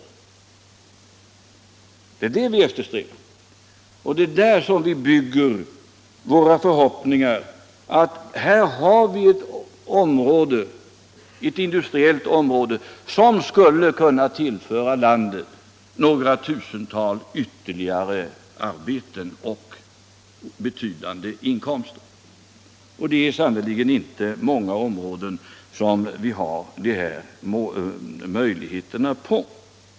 Det är detta vi eftersträvar, och det är där som vi bygger våra förhoppningar. Här har vi ett industriellt område som skulle kunna tillföra landet ytterligare några tusental arbetstillfällen och betydande inkomster. Det är sannerligen inte inom många områden som vi har de möjligheterna!